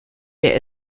der